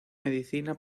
medicina